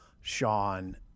Sean